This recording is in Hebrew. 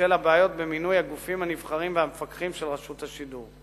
בשל הבעיות במינוי הגופים הנבחרים והמפקחים של רשות השידור.